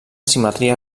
simetria